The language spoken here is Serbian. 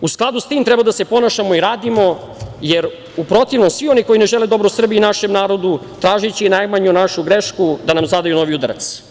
U skladu sa tim treba da se ponašamo i radimo, jer u protivnom svi oni koji ne žele dobro Srbiji i našem narodu, tražeći i najmanju našu grešku da nam zadaju novi udarac.